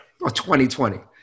2020